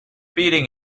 beating